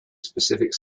specific